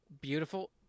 beautiful